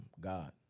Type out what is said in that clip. God